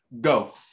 Go